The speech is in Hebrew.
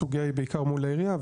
הסוגייה היא בעיקר מול העירייה,